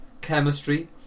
Chemistry